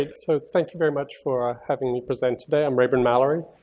and so thank you very much for having me present today. i'm raburn mallory.